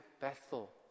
Bethel